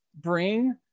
bring